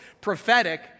prophetic